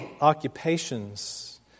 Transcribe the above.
occupations